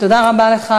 תודה רבה לך.